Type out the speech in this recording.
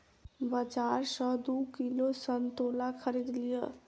बाजार सॅ दू किलो संतोला खरीद लिअ